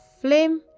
flame